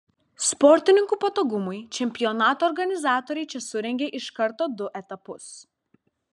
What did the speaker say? sportininkų patogumui čempionato organizatoriai čia surengė iš karto du etapus